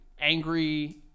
angry